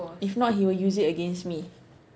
if not he will use it against me